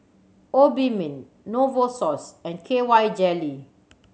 Obimin Novosource and K Y Jelly